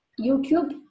YouTube